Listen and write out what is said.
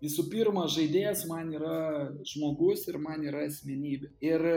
visų pirma žaidėjas man yra žmogus ir man yra asmenybė ir